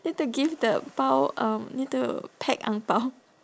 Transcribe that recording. need to give the bao um need to pack ang bao